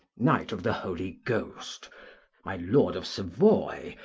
knight of the holy ghost my lord of savoy,